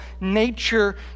nature